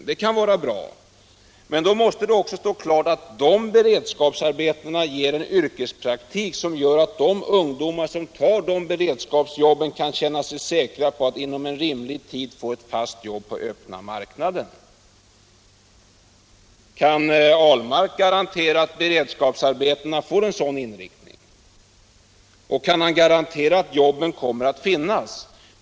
Sådana kan vara bra, men då måste det också stå klart att de beredskapsarbetena ger en yrkespraktik som gör att de ungdomar som tar dessa beredskapsarbeten kan känna sig säkra på att inom rimlig tid få ett fast jobb på den öppna marknaden. Kan Ahlmark garantera att beredskapsarbetena får en sådan inriktning? Och kan han garantera att jobb kommer att finnas?